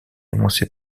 annoncé